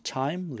time